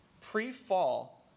Pre-fall